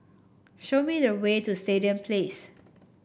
show me the way to Stadium Place